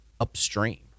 upstream